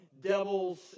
devil's